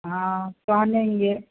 हाँ पहनेंगे